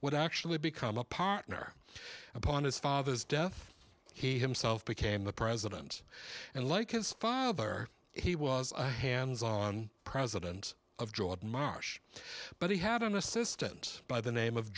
would actually become a partner upon his father's death he himself became the president and like his father he was a hands on president of dr marsh but he had an assistant by the name of